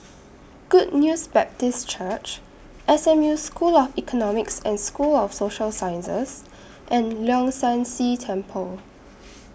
Good News Baptist Church S M U School of Economics and School of Social Sciences and Leong San See Temple